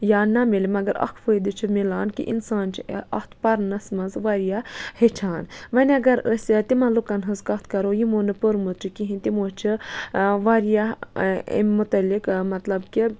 یا نہ مِلہِ مگر اَکھ فٲیدٕ چھِ مِلان کہِ اِنسان چھِ اَتھ پَرنَس منٛز واریاہ ہیٚچھان وۄنۍ اگر أسۍ تِمَن لُکَن ہٕنٛز کَتھ کَرو یِمو نہٕ پوٚرمُت چھُ کِہیٖنۍ تِمو چھِ واریاہ امہِ متعلق مطلب کہِ